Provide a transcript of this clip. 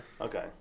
Okay